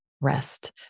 rest